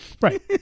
Right